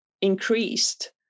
increased